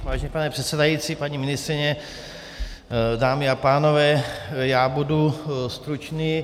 Vážený pane předsedající, paní ministryně, dámy a pánové, já budu stručný.